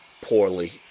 poorly